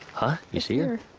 huh you see here